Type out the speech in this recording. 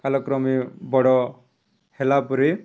କାଳକ୍ରମେ ବଡ଼ ହେଲା ପରେ